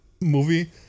movie